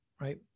right